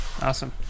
awesome